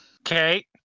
Okay